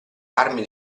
armi